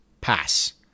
pass